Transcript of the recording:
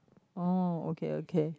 oh okay okay